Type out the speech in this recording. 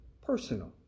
personal